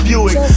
Buick